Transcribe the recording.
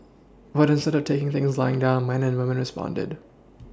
but instead of taking things lying down man and woman responded